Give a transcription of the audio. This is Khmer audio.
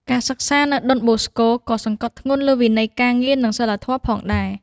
ការសិក្សានៅដុនបូស្កូក៏សង្កត់ធ្ងន់លើវិន័យការងារនិងសីលធម៌ផងដែរ។